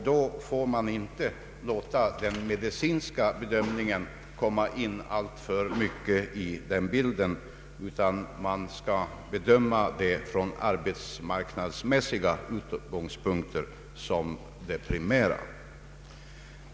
Då får den medicinska bedömningen inte komma in i bilden alltför mycket, utan man skall bedöma frågan från arbetsmarknadsmässiga synpunkter såsom det primära.